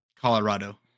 Colorado